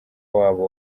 wabo